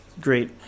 great